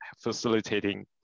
facilitating